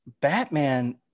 Batman